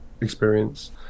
experience